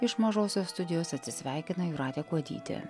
iš mažosios studijos atsisveikina jūratė kuodytė